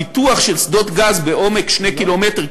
הפיתוח של שדות גז בעומק 2 ק"מ,